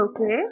Okay